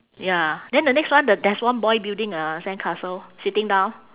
ya then the next one t~ there's one boy building a sandcastle sitting down